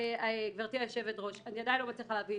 גברתי היושבת ראש, אני עדיין לא מצליחה להבין